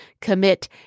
Commit